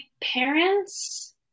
parents